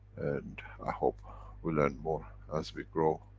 and, i hope we'll learn more as we grow,